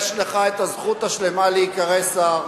יש לך הזכות השלמה להיקרא שר,